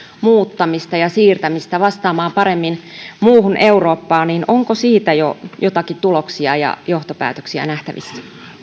muuttamista ja siirtämistä vastaamaan paremmin muuta eurooppaa onko siitä jo joitakin tuloksia ja johtopäätöksiä nähtävissä